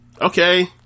okay